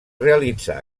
realitzar